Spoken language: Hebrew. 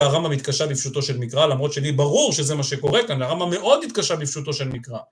הרמב"ם התקשה בפשוטו של מקרא, למרות שלי ברור שזה מה שקורה כאן, הרמב"ם מאוד התקשה בפשוטו של מקרא.